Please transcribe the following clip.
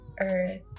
earth